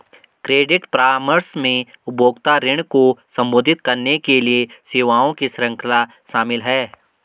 credit परामर्श में उपभोक्ता ऋण को संबोधित करने के लिए सेवाओं की श्रृंखला शामिल है